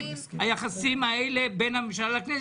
היחסים בין הממשלה לכנסת,